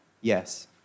Yes